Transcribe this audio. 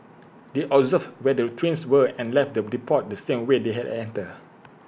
they observed where the trains were and left the depot the same way they had entered